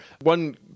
One